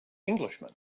englishman